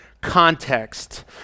context